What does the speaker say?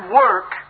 work